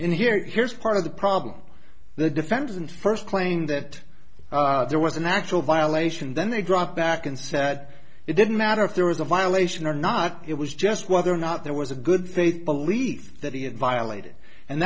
in here here's part of the problem the defendant first claimed that there was an actual violation then they drop back and say that it didn't matter if there was a violation or not it was just whether or not there was a good thing a belief that he had violated and